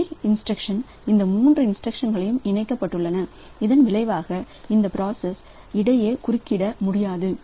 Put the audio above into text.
ஒரே இன்ஸ்டிரக்ஷன் இந்த மூன்று இன்ஸ்டிரக்ஷன் இணைக்கப்பட்டுள்ளன இதன் விளைவாக இந்த பிராசஸ் இடையே குறுக்கிட முடியாது